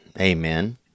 Amen